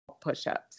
push-ups